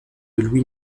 louis